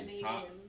top